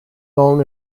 long